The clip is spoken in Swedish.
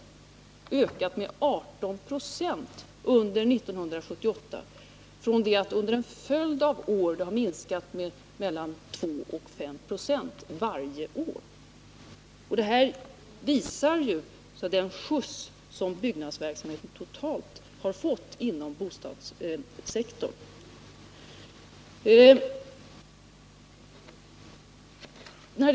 De har ökat med 18 96 under 1978 efter att tidigare under en följd av år ha minskat med mellan 2 och 5 26 per år. Detta visar vilken skjuts byggnadsverksamheten inom bostadssektorn totalt sett har fått.